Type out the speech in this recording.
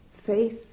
faith